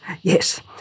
yes